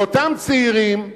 ואותם צעירים,